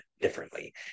differently